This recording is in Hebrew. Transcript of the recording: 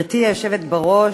גברתי היושבת בראש,